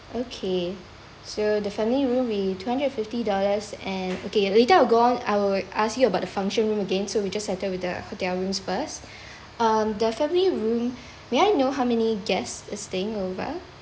okay so the family room we two hundred fifty dollars and okay later I'll go on I would ask you about the function room again so we just settle with the hotel rooms first um the family room may I know how many guest is staying over